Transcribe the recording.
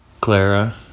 Clara